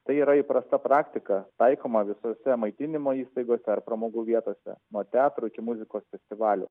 tai yra įprasta praktika taikoma visose maitinimo įstaigose ar pramogų vietose nuo teatro iki muzikos festivalio